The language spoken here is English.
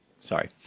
Sorry